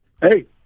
Hey